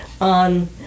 on